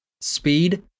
Speed